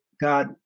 God